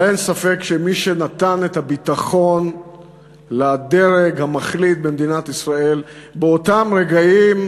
אבל אין ספק שמי שנתן את הביטחון לדרג המחליט במדינת ישראל באותם רגעים,